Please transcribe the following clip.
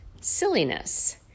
silliness